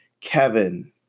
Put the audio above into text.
Kevin